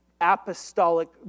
apostolic